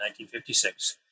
1956